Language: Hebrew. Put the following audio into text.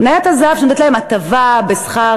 מניית הזהב שנותנת להם הטבה למשל